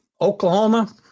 Oklahoma